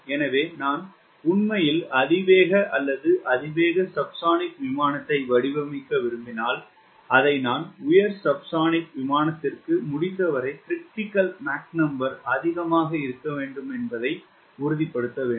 எனவே நான் உண்மையில் அதிவேக அல்லது அதிவேக சப்சோனிக் விமானத்தை வடிவமைக்க விரும்பினால் அதை நான் உயர் சப்ஸோனிக் விமானத்திற்கு முடிந்தவரை Mcr அதிகமாக இருக்க வேண்டும் என்பதை உறுதிப்படுத்த வேண்டும்